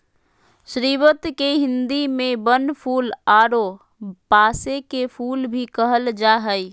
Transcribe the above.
स्रीवत के हिंदी में बनफूल आरो पांसे के फुल भी कहल जा हइ